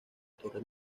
torre